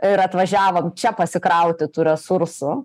ir atvažiavom čia pasikrauti tų resursų